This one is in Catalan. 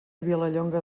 vilallonga